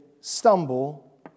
stumble